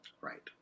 Right